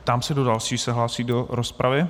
Ptám se, kdo další se hlásí do rozpravy.